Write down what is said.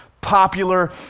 popular